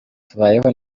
tubayeho